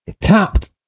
tapped